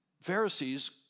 Pharisees